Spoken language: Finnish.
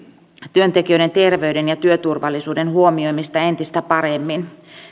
työntekijöiden terveyden ja työturvallisuuden huomioimista entistä paremmin